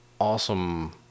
awesome